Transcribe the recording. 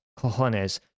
cojones